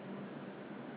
I I